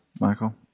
michael